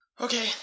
Okay